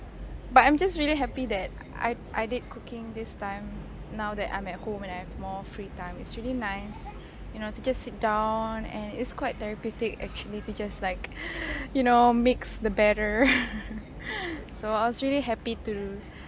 but I'm just really happy that I I did cooking this time now that I'm at home and I have more free time it's really nice you know to just sit down and it's quite therapeutic actually it just like you know mix the batter so I was really happy to